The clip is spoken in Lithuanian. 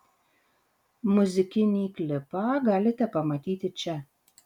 muzikinį klipą galite pamatyti čia